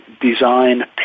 design